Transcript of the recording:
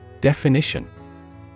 Definition